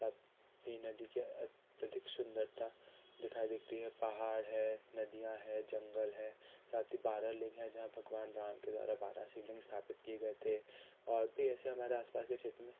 ताप्ती नदी के अत्यधिक सुंदरता दिखाई देती है पहाड़ है नदियां है जंगल है साथ ही बारह लिंग है जहाँ भगवान राम के द्वारा बारह शिवलिंग स्थापित किए गए थे और भी ऐसे हमारे अससपास के क्षेत्र में